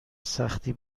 سختی